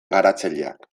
garatzaileak